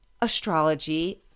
astrology